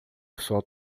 pessoal